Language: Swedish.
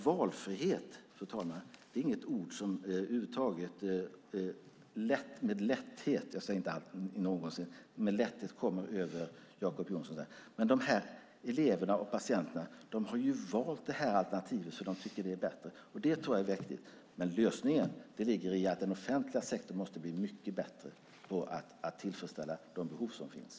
Valfrihet, fru talman, det är inget ord som med lätthet - även om jag inte säger aldrig någonsin - kommer över Jacob Johnsons läppar. Men de här eleverna och patienterna har ju valt ett alternativ som de tycker är bättre, och det tror jag är vettigt. Lösningen ligger därför i att den offentliga sektorn måste bli mycket bättre på att tillfredsställa de behov som finns.